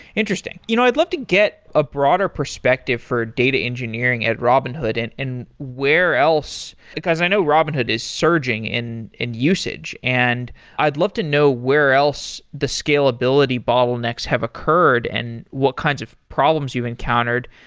interesting. you know i'd love to get a broader perspective for data engineering at robinhood and and where else, because i know robinhood is surging in in usage and i'd love to know where else the scalability bottlenecks have occurred and what kinds of problems you encountered.